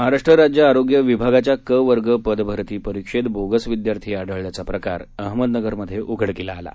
महाराष्ट्र राज्य आरोग्य विभागाच्या क वर्ग पद भरती परिक्षेत बोगस विद्यार्थी आढळल्याचा प्रकार अहमदनगरमध्ये उघडकीला आला आहे